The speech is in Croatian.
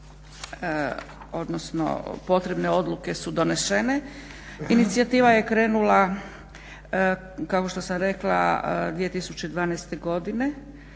odnosno potrebne odluke su donesene, inicijativa je krenula kao što sam rekla 2012. godine,